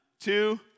two